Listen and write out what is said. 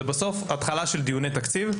אנחנו רק בהתחלה של דיוני התקציב.